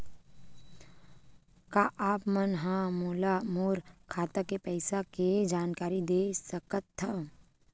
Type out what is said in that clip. का आप मन ह मोला मोर खाता के पईसा के जानकारी दे सकथव?